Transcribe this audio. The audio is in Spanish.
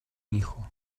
hijo